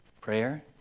prayer